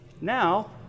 Now